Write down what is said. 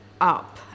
up